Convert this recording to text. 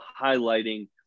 highlighting